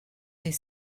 est